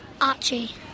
Archie